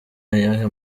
ayahe